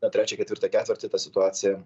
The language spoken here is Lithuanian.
na trečią ketvirtą ketvirtį ta situacija